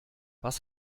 was